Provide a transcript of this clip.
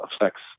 affects